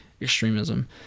extremism